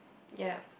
ya